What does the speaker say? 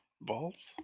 Balls